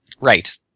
Right